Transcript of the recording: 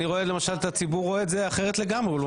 אני רואה למשל את הציבור רואה את זה אחרת לגמרי,